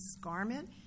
garment